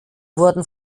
wurden